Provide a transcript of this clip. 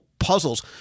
puzzles